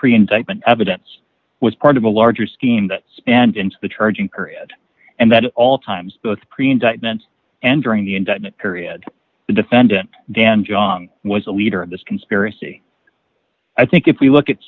pre indictment evidence was part of a larger scheme that and the charging period and that all times both pre and thence and during the indictment period the defendant dan jiang was the leader of this conspiracy i think if we look at